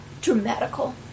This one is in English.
dramatical